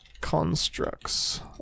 constructs